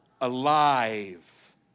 Alive